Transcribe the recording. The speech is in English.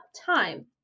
time